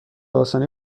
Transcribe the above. آسانی